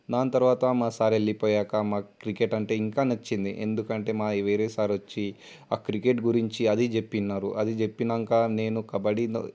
దాని తరువాత మా సార్ వెళ్ళిపోయాక మాకు క్రికెట్ అంటే ఇంకా నచ్చింది ఎందుకంటే మా వేరే సార్ వచ్చి ఆ క్రికెట్ గురించి అది చెప్పారు అది చెప్పాక నేను కబడ్డీ